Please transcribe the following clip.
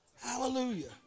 Hallelujah